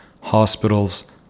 hospitals